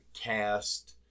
cast